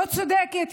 לא צודקת,